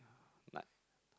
like